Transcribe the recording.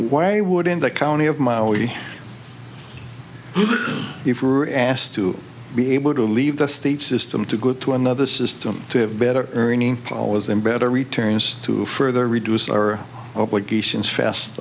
why would in the county of my only if we were asked to be able to leave the state system to go to another system to have better earning dollars and better returns to further reduce our obligations fast